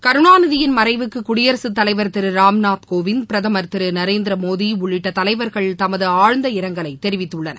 கருணாநிதியின் மறைவுக்குடியரசுத் தலைவர் திருராம்நாத் கோவிந்த் பிரதமர் திருநரேந்திரமோடி உள்ளிட்டதலைவர்கள் தமது ஆழ்ந்த இரங்கலைதெரிவித்துள்ளார்